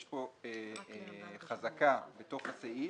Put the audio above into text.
יש פה חזקה בתוך הסעיף,